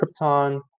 Krypton